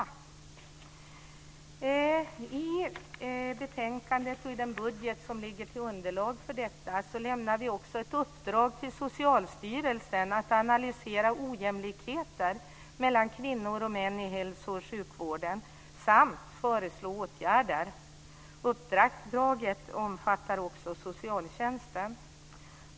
I betänkandet och i den budget som utgör underlag för detta lämnar vi också ett uppdrag till Socialstyrelsen att analysera ojämlikheter mellan kvinnor och män i hälso och sjukvården samt föreslå åtgärder. Uppdraget omfattar också socialtjänsten.